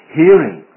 hearing